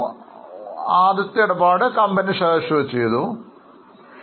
ആദ്യമായി company share issue ചെയ്തു company രൂപംകൊണ്ടു നിക്ഷേപകർ പണം നിക്ഷേപിച്ച് അവർക്ക് ഓഹരികൾ ലഭിച്ചു